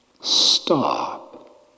stop